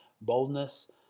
boldness